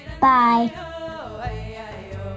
Bye